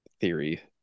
theory